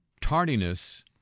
tardiness